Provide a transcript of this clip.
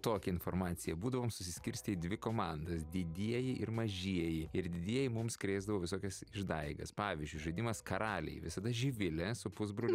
tokią informaciją būdavom susiskirstę į dvi komandas didieji ir mažieji ir didieji mums krėsdavo visokias išdaigas pavyzdžiui žaidimas karaliai visada živilė su pusbroliu